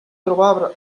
trobar